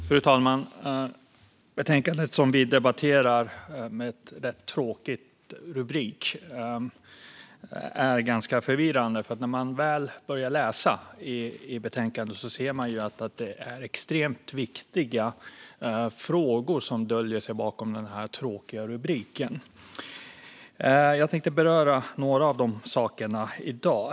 Fru talman! Det betänkande vi debatterar har en rätt tråkig rubrik. Det är ganska förvirrande, för när man väl börjar läsa det ser man att det är extremt viktiga frågor som döljer sig bakom den tråkiga rubriken. Jag tänkte beröra några av de sakerna i dag.